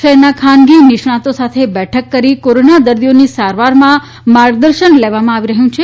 શહેરના ખાનગી નિષ્ણાંતો સાથે બેઠક કરી કોરોના દર્દીઓની સારવારમાં માર્ગદર્શન લેવામાં આવી રહ્યું છે